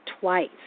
twice